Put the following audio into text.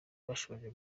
bashonje